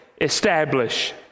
establish